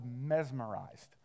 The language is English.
mesmerized